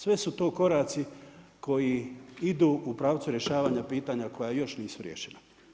Sve su to koraci koji idu u pravcu rješavanja pitanja koja još nisu riješena.